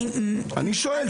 אני שואל.